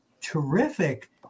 terrific